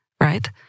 right